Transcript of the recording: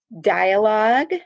dialogue